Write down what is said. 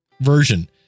version